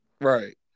Right